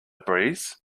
breeze